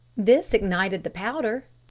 this ignited the powder.